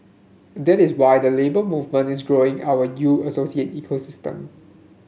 that is why the Labour Movement is growing our U Associate ecosystem